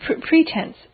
pretense